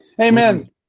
Amen